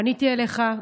פניתי אליך,